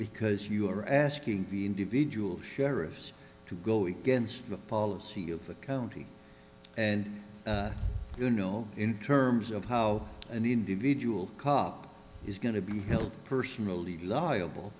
because you are asking the individual sheriffs to go against the policy of the county and you know in terms of how an individual cop is going to be held personally liable